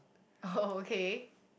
oh okay